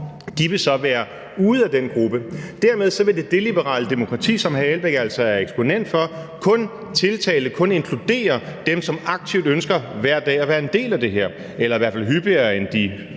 De vil så være ude af den gruppe. Dermed vil det deliberative demokrati, som hr. Uffe Elbæk altså er eksponent for, kun tiltale og kun inkludere dem, som aktivt ønsker hver dag at være en del af det her – eller i hvert fald hyppigere end de